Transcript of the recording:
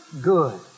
good